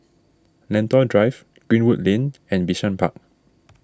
Lentor Drive Greenwood Lane and Bishan Park